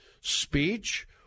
speech